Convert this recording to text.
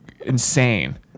insane